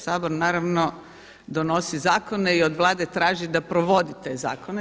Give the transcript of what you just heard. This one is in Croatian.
Sabor naravno donosi zakone i od Vlade traži da provodi te zakone.